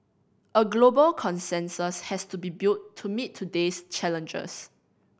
a global consensus has to be built to meet today's challenges